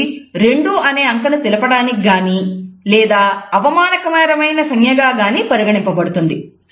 ఇది రెండు అనే అంకెను తెలపటానికి గానీ లేదా అవమానకరమైన సంజ్ఞ గా గానీ పరిగణింపబడుతుంది